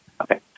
Okay